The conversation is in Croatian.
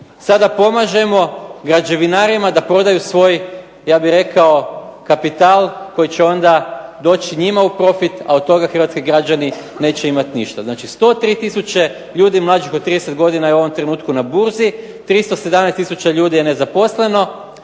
sada pomažemo građevinarima da prodaju svoj ja bih rekao kapital koji će onda doći njima u profit, a od toga hrvatski građani neće imati ništa. Znači, 103000 ljudi mlađih od 30 godina je u ovom trenutku na burzi. 317000 ljudi je nezaposleno.